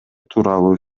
тууралуу